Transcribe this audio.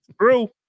True